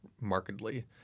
markedly